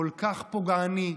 כל כך פוגעני,